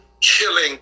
killing